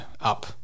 up